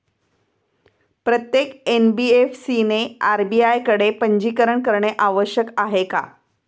प्रत्येक एन.बी.एफ.सी ने आर.बी.आय कडे पंजीकरण करणे आवश्यक आहे का?